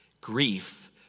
Grief